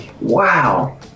wow